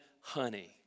honey